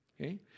okay